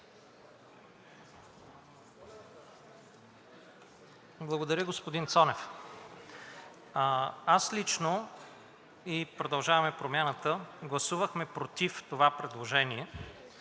Благодаря, господин Цонев. Аз лично и „Продължаваме Промяната“ гласувахме против това предложение,